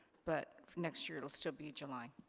but next year it'll still be july.